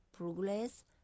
progress